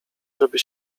żeby